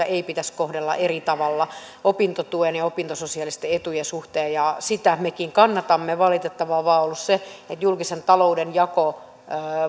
ei pitäisi kohdella eri tavalla opintotuen ja opintososiaalisten etujen suhteen sitä mekin kannatamme valitettavaa vain on ollut se että julkisen talouden jakovara